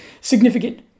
significant